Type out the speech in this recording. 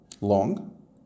long